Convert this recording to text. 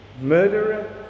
murderer